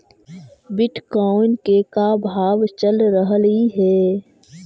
Bitcoin के का भाव चल रहलई हे?